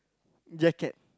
jacket